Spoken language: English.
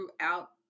throughout